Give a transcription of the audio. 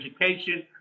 education